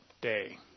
day